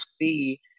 see